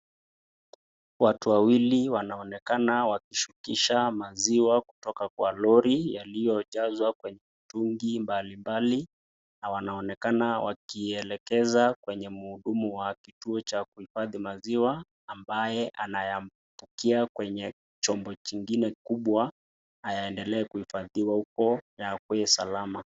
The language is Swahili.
Watu wawili wanaonekana wakishukisha maziwa kutoka kwa lori, yaliyojazwa kwenye mitungi mbalimbali . Na wanaonekana wakielekeza kwenye mhudumu wa kituo cha kuhifadhi maziwa, ambaye anayapokea kwenye chombo nyingine kubwa aendelea kuifadhiwa uko na yakuwe salama.